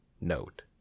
Note